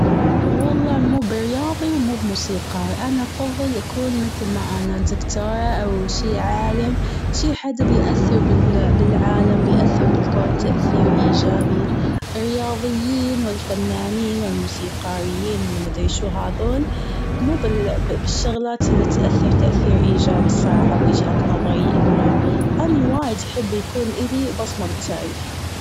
والله مو برياضي ومو بموسيقار. انا افضل يكون مثل ما أنا دكتورة أو شي عالم في حدا بيأثر بالعالم بأثر بالكون تأثير ايجابي. الرياضيين والفنانين والموسيقاريين والمدري شو هادول؟ مو بال- بالشغلات اللي تأ- تأثير ايجابي بصراحة بوجهة نظري إنه أني وايد بحب يكون إلي بصمة بالتاريخ.